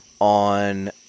on